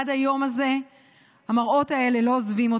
עד היום הזה המראות האלה לא עוזבים אותי.